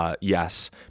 Yes